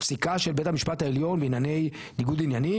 הפסיקה של בית המשפט העליון בענייני ניגוד עניינים,